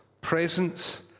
Presence